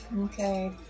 Okay